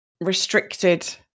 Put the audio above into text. restricted